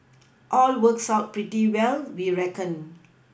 all works out pretty well we reckon